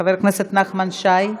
חברת הכנסת נחמן שי,